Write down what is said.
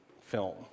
film